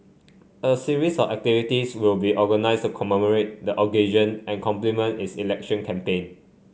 a series of activities will be organised to commemorate the occasion and complement its election campaign